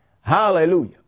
Hallelujah